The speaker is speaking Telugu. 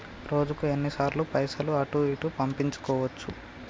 రోజుకు ఎన్ని సార్లు పైసలు అటూ ఇటూ పంపించుకోవచ్చు?